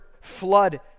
flood